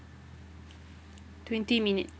twenty minutes